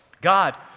God